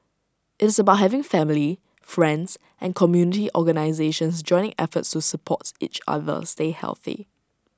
IT is about having family friends and community organisations joining efforts to supports each other stay healthy